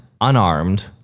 Unarmed